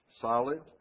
Solid